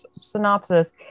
synopsis